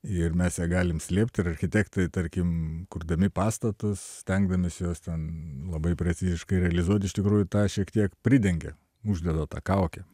ir mes ją galim slėpt ir architektai tarkim kurdami pastatus stengdamiesi juos ten labai preciziškai realizuot iš tikrųjų tą šiek tiek pridengia uždeda tą kaukę